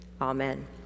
Amen